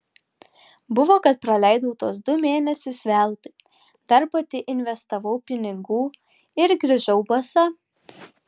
buvo kad praleidau tuos du mėnesius veltui dar pati investavau pinigų ir grįžau basa